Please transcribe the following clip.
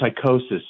psychosis